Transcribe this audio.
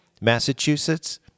Massachusetts